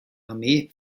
armee